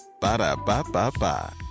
Ba-da-ba-ba-ba